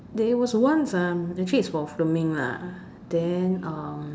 there was once ah actually is for filming lah then um